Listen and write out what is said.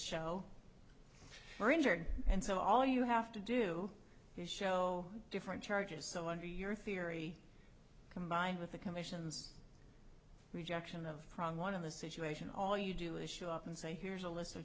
show you are injured and so all you have to do is show different charges so under your theory combined with the commission's rejection of problem one of the situation all you do is show up and say here's a list of